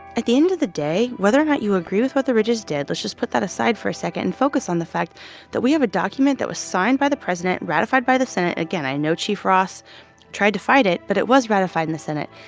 at the end of the day, whether or not you agree with what the ridges did let's just put that aside for a second focus on the fact that we have a document that was signed by the president, ratified by the senate. again, i know chief ross tried to fight it, but it was ratified in the senate.